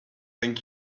thank